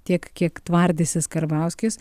tiek kiek tvardysis karbauskis